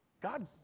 God